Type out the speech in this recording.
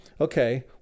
Okay